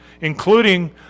including